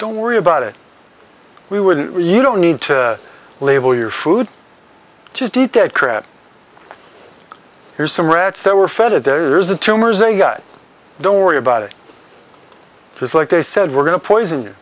don't worry about it we wouldn't you don't need to label your food just eat that crap here's some rats that were fed it there's the tumors a guy don't worry about it because like they said we're going to poison